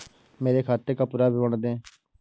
मेरे खाते का पुरा विवरण दे?